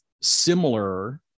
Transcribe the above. similar